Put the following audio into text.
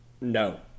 no